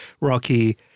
Rocky